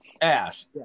Ass